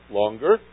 longer